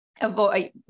avoid